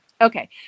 Okay